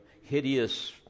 hideous